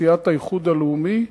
סיעת האיחוד הלאומי.